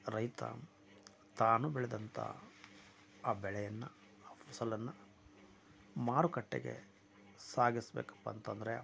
ರೈತ ತಾನು ಬೆಳೆದಂತ ಆ ಬೆಳೆಯನ್ನು ಆ ಫಸಲನ್ನು ಮಾರುಕಟ್ಟೆಗೆ ಸಾಗಿಸಬೇಕಪ್ಪ ಅಂತಂದರೆ